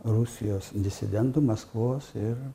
rusijos disidentų maskvos ir